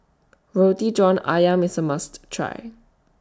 Roti John Ayam IS A must Try